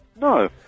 No